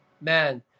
man